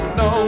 no